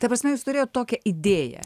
ta prasme jis turėjo tokią idėją